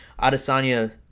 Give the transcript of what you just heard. Adesanya